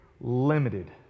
limited